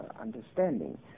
understanding